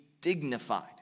dignified